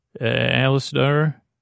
Alistair